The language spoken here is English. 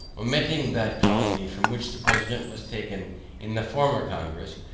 omitting that colony from which the president was taken in the former congress,